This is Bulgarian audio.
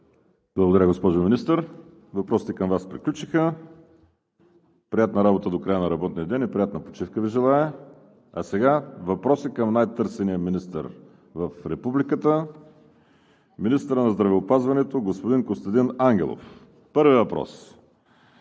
Благодаря, госпожо Министър. Въпросите към Вас приключиха. Приятна работа до края на работния ден и приятна почивка Ви желая! А сега въпроси към най-търсения министър в републиката – министъра на здравеопазването господин Костадин Ангелов. Първият въпрос